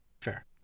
Fair